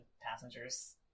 passengers